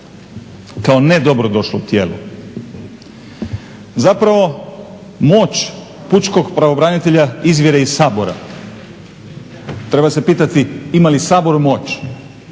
kao nedobrodošlo tijelo. Zapravo moć pučkog pravobranitelja izvire iz Sabora. Treba se pitati ima li Sabor moć